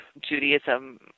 Judaism